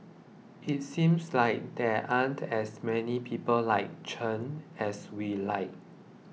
it seems like there aren't as many people like Chen as we like